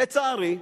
לצערי,